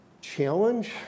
challenge